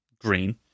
green